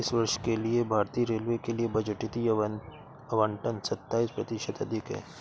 इस वर्ष के लिए भारतीय रेलवे के लिए बजटीय आवंटन सत्ताईस प्रतिशत अधिक है